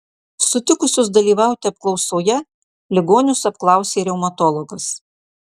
sutikusius dalyvauti apklausoje ligonius apklausė reumatologas